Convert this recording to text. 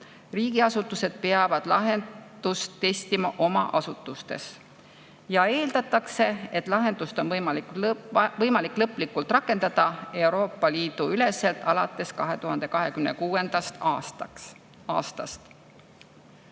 riigiasutused peavad lahendust testima oma asutustes. Eeldatakse, et lahendust on võimalik lõplikult Euroopa Liidu üleselt rakendada alates 2026. aastast.